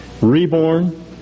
reborn